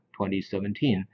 2017